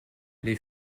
les